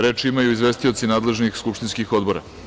Reč imaju izvestioci nadležnih skupštinskih odbora.